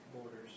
Borders